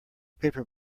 paper